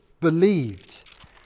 believed